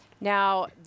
Now